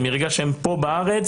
מה קורה מהרגע שהם מגיעים לארץ,